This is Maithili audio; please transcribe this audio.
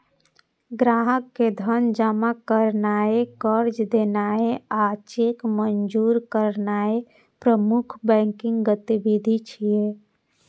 ग्राहक के धन जमा करनाय, कर्ज देनाय आ चेक मंजूर करनाय प्रमुख बैंकिंग गतिविधि छियै